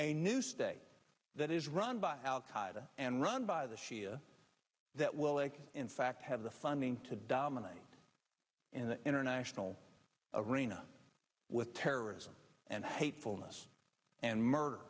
a new stay that is run by al qaida and run by the shia that will in fact have the funding to dominate and the international arena with terrorism and hatefulness and murder